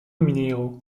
mineiro